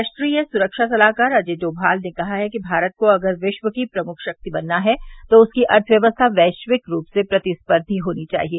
राष्ट्रीय सुरक्षा सलाहकार अजीत डोमाल ने कहा है कि भारत को अगर विश्व की प्रमुख शक्ति बनना है तो उसकी अर्थव्यवस्था वैश्विक रूप से प्रतिस्पर्धी होनी चाहिए